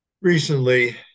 recently